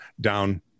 down